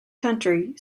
country